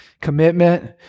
commitment